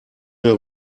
mehr